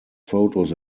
photos